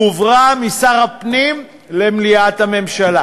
הועברה משר הפנים למליאת הממשלה,